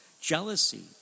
jealousy